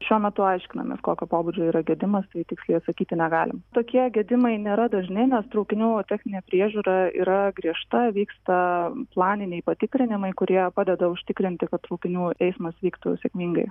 šiuo metu aiškinamės kokio pobūdžio yra gedimas tai tiksliai atsakyti negalim tokie gedimai nėra dažni nes traukinių techninė priežiūra yra griežta vyksta planiniai patikrinimai kurie padeda užtikrinti kad traukinių eismas vyktų sėkmingai